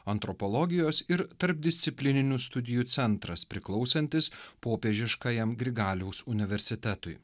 antropologijos ir tarpdisciplininių studijų centras priklausantis popiežiškajam grigaliaus universitetui